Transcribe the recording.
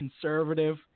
conservative